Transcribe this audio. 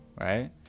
right